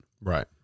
right